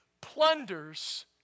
plunders